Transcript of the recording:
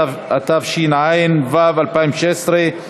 התשע"ו 2016,